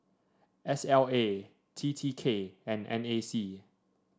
S L A T T K and N A C